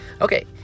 Okay